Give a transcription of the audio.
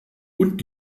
und